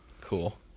Cool